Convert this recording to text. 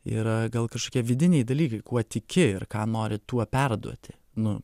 yra gal kažkokie vidiniai dalyviai kuo tiki ir ką nori tuo perduoti nu